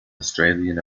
australian